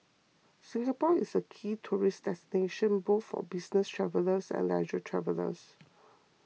Singapore is a key tourist destination both for business travellers and leisure travellers